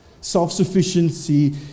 Self-sufficiency